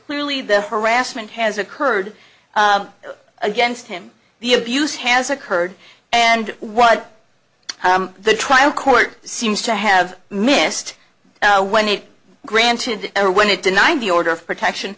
clearly the harassment has occurred against him the abuse has occurred and what the trial court seems to have missed when it granted or when it denied the order of protection